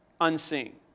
unseen